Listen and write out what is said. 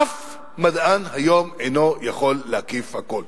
אף מדען היום אינו יכול להקיף הכול.